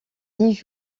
dix